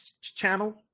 channel